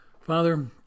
Father